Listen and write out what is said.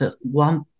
one